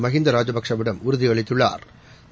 மகிந்த ராஜபக்சேவிடம் உறுதி அளித்துள்ளாா்